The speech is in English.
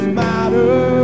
matters